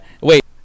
wait